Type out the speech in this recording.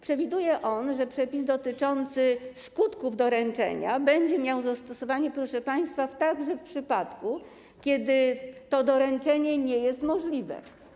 Przewiduje ono, że przepis dotyczący skutków doręczenia będzie miał zastosowanie, proszę państwa, także w przypadku, kiedy to doręczenie nie jest możliwe.